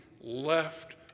left